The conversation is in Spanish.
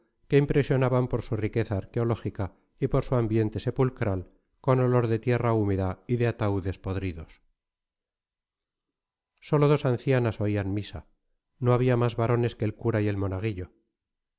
que impresionaban por su riqueza arqueológica y por su ambiente sepulcral con olor de tierra húmeda y de ataúdes podridos sólo dos ancianas oían misa no había más varones que el cura y monaguillo